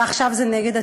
ועכשיו זה נגד התקשורת.